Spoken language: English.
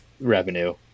revenue